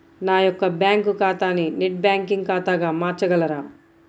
నా యొక్క బ్యాంకు ఖాతాని నెట్ బ్యాంకింగ్ ఖాతాగా మార్చగలరా?